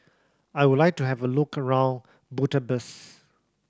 I would like to have a look around Budapest